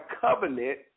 covenant